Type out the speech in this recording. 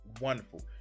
Wonderful